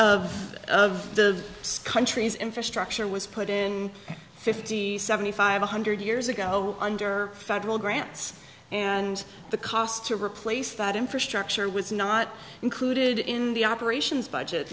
the of the skun trees infrastructure was put in fifty seventy five one hundred years ago under federal grants and the cost to replace that infrastructure was not included in the operations budget